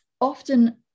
often